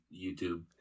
YouTube